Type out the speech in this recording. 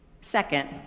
Second